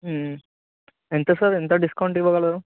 ఎంత సార్ ఎంత డిస్కౌంట్ ఇవ్వగలరు